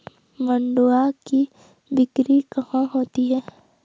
मंडुआ की बिक्री कहाँ होती है?